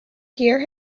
hear